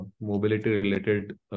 mobility-related